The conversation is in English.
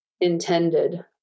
intended